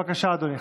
בבקשה, אדוני.